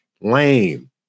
lame